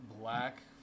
black